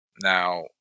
Now